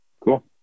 Cool